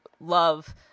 love